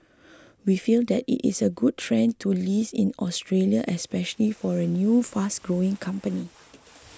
we feel that it is a good trend to list in Australia especially for a new fast growing company